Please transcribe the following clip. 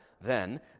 Then